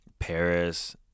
Paris